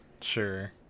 Sure